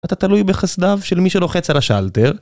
אתה תלוי בחסדיו של מי שלוחץ על השאלטר